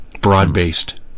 broad-based